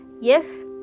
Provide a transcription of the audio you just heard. yes